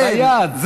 ביד.